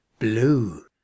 blue